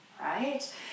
right